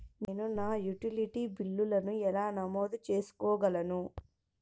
నేను నా యుటిలిటీ బిల్లులను ఎలా నమోదు చేసుకోగలను?